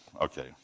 okay